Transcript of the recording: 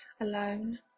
alone